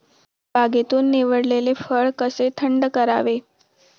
बागेतून निवडलेले फळ कसे थंड करावे?